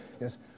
Yes